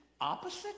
opposite